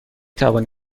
توانی